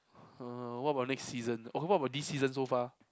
uh what about next season okay what about this season so far